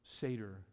Seder